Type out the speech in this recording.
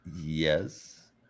Yes